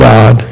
God